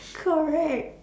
correct